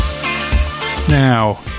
Now